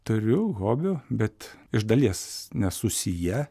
turiu hobių bet iš dalies nesusiję